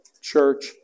Church